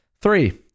three